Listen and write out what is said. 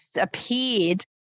appeared